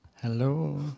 Hello